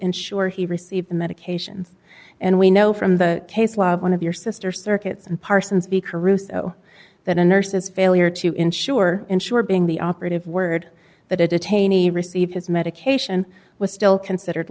ensure he received the medications and we know from the case one of your sister circuits and parsons b caruso that a nurse is failure to ensure ensure being the operative word that a taney received his medication was still considered